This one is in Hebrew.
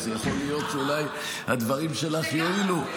אז יכול להיות שאולי הדברים שלך יועילו.